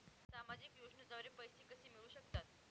सामाजिक योजनेद्वारे पैसे कसे मिळू शकतात?